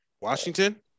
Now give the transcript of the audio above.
Washington